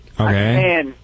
Okay